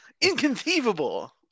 inconceivable